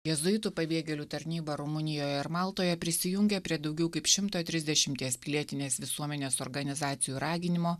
jėzuitų pabėgėlių tarnyba rumunijoje ir maltoje prisijungė prie daugiau kaip šimto trisdešimties pilietinės visuomenės organizacijų raginimo